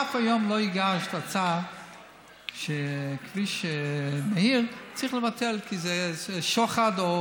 עד היום לא הגשת הצעה שבכביש מהיר צריך לבטל כי זה שוחד או